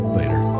later